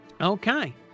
Okay